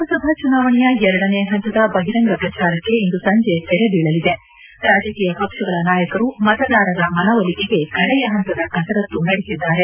ಲೋಕಸಭಾ ಚುನಾವಣೆಯ ಎರಡನೇ ಹಂತದ ಬಹಿರಂಗ ಪ್ರಚಾರಕ್ಕೆ ಇಂದು ಸಂಜೆ ತೆರೆ ಬೀಳಲಿದ್ದು ರಾಜಕೀಯ ಪಕ್ಷಗಳ ನಾಯಕರು ಮತದಾರರ ಮನವೊಲಿಕೆಗೆ ಕಡೆಯ ಹಂತದ ಕಸರತ್ತು ನಡೆಸಿದ್ದಾರೆ